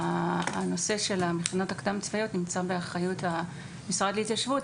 הנושא של המכינות הקדם צבאיות נמצא באחריות המשרד להתיישבות,